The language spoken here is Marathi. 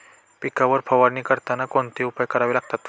पिकांवर फवारणी करताना कोणते उपाय करावे लागतात?